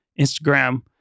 Instagram